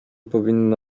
powinno